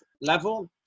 level